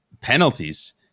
penalties